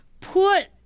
put